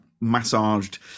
massaged